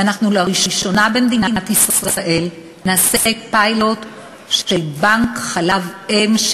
ולראשונה במדינת ישראל נעשה פיילוט של בנק חלב אם,